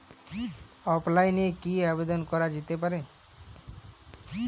অফলাইনে কি আবেদন করা যেতে পারে?